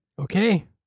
Okay